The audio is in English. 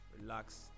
relax